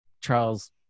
Charles